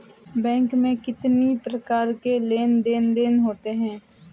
Bank में कितनी प्रकार के लेन देन देन होते हैं?